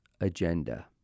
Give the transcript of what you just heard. agenda